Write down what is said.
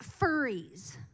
furries